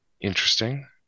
Interesting